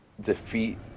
defeat